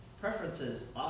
preferences